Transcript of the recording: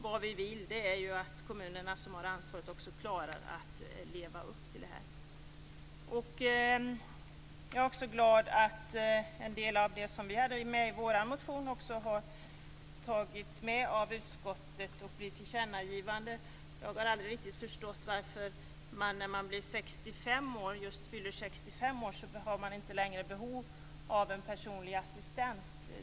Vi vill ju att kommunerna, som har ansvaret, skall klara att leva upp till detta. Jag är glad att också en del av det som vi hade med i vår motion har tagits med i utskottets förslag till tillkännagivande. Jag har aldrig riktigt förstått varför man just när man fyller 65 år inte längre skall ha behov av en personlig assistent.